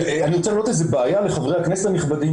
אני רוצה להעלות בעיה לחברי הכנסת הנכבדים